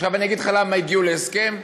עכשיו, אני אגיד למה הגיעו להסכם?